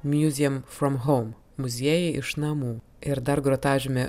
museum from home muziejai iš namų ir dar grotažyme